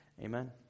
Amen